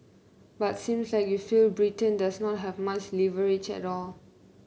but seems like you feel Britain does not have much leverage at all